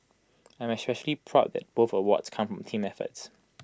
I am especially proud that both awards come from team efforts